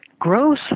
gross